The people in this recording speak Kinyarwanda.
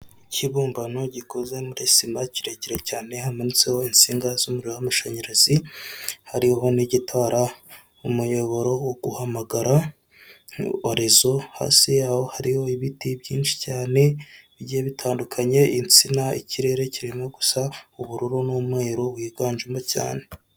Ikibumbano gikoze muri sima kirekire cyane hamanitse ho insinga zumuriro w’ amashanyarazi hariho n'igitara umuyoboro w’ guhamagara horezo hasi yaho hariho ibiti byinshi cyane bigiye bitandukanye insina ikirere kirimo gusa ubururu n'umweru wiganjemo cyane.